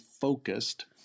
focused